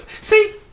see